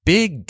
Big